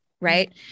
Right